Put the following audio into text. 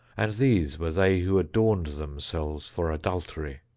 and these were they who adorned themselves for adultery.